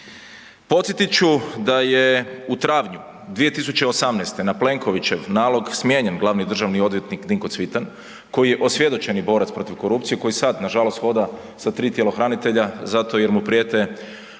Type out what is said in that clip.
Podsjetit ću da je u travnju 2018. na Plenkovićev navod smijenjen glavni državni odvjetnik Dinko Cvitan koji je osvjedočeni borac protiv korupcije, koji sad nažalost hoda sa 3 tjelohranitelja zato jer mu prijete